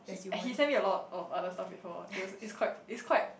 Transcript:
he he send me a lot of other stuff you know it was it's quite it's quite